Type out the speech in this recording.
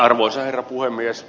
arvoisa herra puhemies